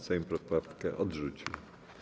Sejm poprawkę odrzucił.